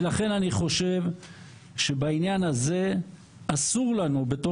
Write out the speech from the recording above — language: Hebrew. ולכן אני חושב שבעניין הזה אסור לנו בתור